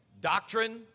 doctrine